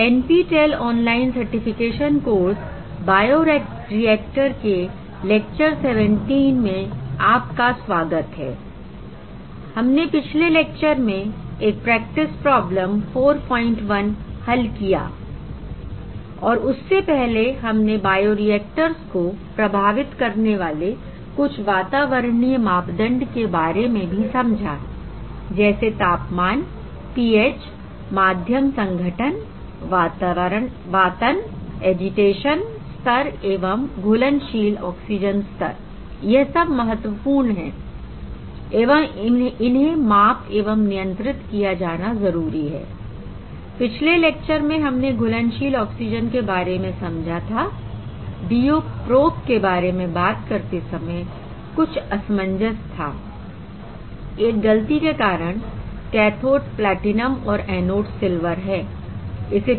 NPTEL online certification course bioreactors के lecture 17 में आपका स्वागत है I हमने पिछले लेक्चर में एक प्रेक्टिस प्रॉब्लम 41 हल किया I और उससे पहले हमने बायोरिएक्टर्स को प्रभावित करने वाले कुछ वातावरणीय मापदंड के बारे में भी समझा I जैसे तापमान पीएच माध्यम संघटन वातन एजीटेशन स्तर एवं घुलनशील ऑक्सीजन स्तर यह सब महत्वपूर्ण है एवं इन्हें माप एवं नियंत्रित किया जाना जरूरी है I पिछले लेक्चर में हमने घुलनशील ऑक्सीजन के बारे में समझा था I DO प्रोब के बारे में बात करते समय कुछ असमंजस था एक गलती के कारण कैथोड प्लैटिनम और एनोड सिल्वर हैI इसे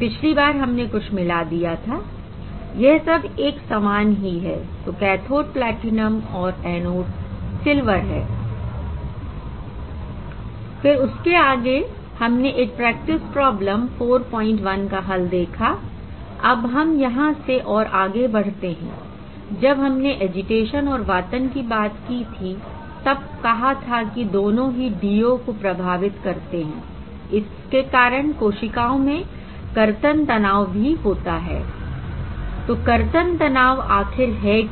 पिछली बार हमने कुछ मिला दिया था यह सब एक समान ही है तो कैथोड प्लैटिनम और एनोड सिल्वर है I फिर उसके आगे हमने एक प्रैक्टिस प्रॉब्लम 41 का हल देखा I अब हम यहां से और आगे बढ़ते हैंI जब हमने एजीटेशन और वातन की बात की तब कहा था कि दोनों ही DO को प्रभावित करते हैं इसके कारण कोशिकाओं में कर्तन तनाव भी होता हैI तो कर्तन तनाव आखिर है क्या